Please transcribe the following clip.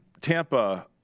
Tampa